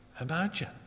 imagine